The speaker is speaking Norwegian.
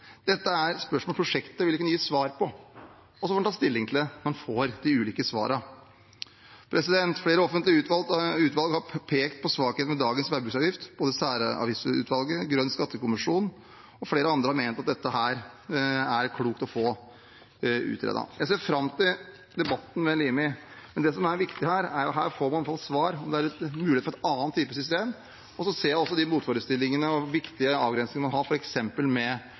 Dette er spørsmål prosjektet vil kunne gi svar på, og så får man ta stilling til dem når man får de ulike svarene. Flere offentlige utvalg har pekt på svakheter ved dagens veibruksavgift. Både særavgiftsutvalget, grønn skattekommisjon og flere andre har ment at det er klokt å få utredet dette. Jeg ser fram til debatten med Limi, men det som er viktig, er at her får man i alle fall svar på om det er mulighet for en annen type system. Jeg ser også motforestillingene og de viktige avgrensningene man må ha, f.eks. når det gjelder personvernhensyn. Når man har